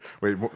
Wait